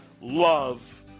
love